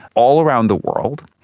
all around the world,